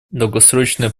долгосрочные